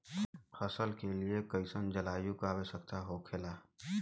फसल के लिए कईसन जलवायु का आवश्यकता हो खेला?